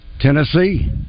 Tennessee